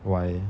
why leh